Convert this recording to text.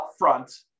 upfront